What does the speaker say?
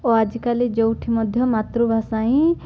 ଓ ଆଜିକାଲି ଯେଉଁଠି ମଧ୍ୟ ମାତୃଭାଷା ହିଁ